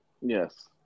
Yes